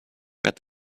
where